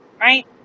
Right